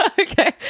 okay